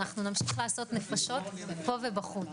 אנחנו נמשיך לעשות נפשות פה ובחוץ.